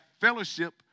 fellowship